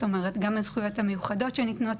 גם הזכויות המיוחדות שניתנות